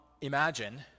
imagine